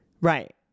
right